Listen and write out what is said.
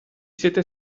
siete